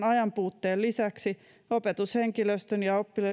ajanpuutteen lisäksi opetushenkilöstön